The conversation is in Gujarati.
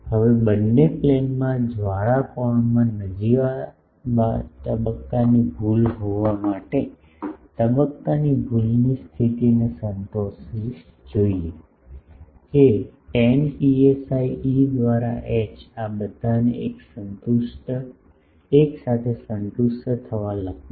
હવે બંને પ્લેનમાં જ્વાળા કોણમાં નજીવા તબક્કાની ભૂલ હોવા માટે તબક્કાની ભૂલની સ્થિતિને સંતોષવી જોઈએ કે tan psi E દ્વારા H આ બધાને એક સાથે સંતુષ્ટ થવા લખું છું